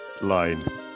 ...line